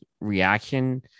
reaction